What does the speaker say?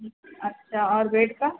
अच्छा और बेड का